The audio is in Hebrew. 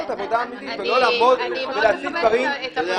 עבודה אמיתית ולא לעמוד ולהציג דברים.